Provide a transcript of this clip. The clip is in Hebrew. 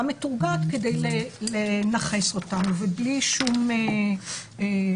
מטורגט כדי לנכס אותנו ובלי שום שקיפות.